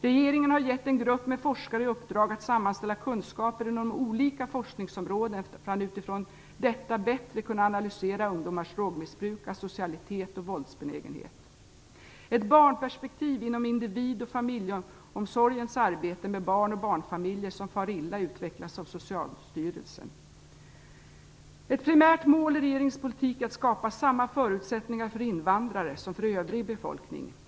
Regeringen har gett en grupp med forskare i uppdrag att sammanställa kunskaper inom olika forskningsområden för att utifrån detta bättre kunna analysera ungdomars drogmissbruk, asocialitet och våldsbenägenhet. Ett barnperspektiv inom individ och familjeomsorgens arbete med barn och barnfamiljer som far illa utvecklas också av Socialstyrelsen. Ett primärt mål i regeringens politik är att skapa samma förutsättningar för invandrare som för den övriga befolkningen.